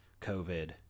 covid